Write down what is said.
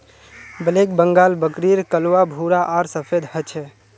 black Bengal बकरीर कलवा भूरा आर सफेद ह छे